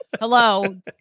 Hello